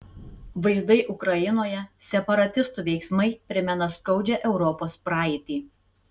vaizdai ukrainoje separatistų veiksmai primena skaudžią europos praeitį